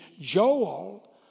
Joel